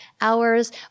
hours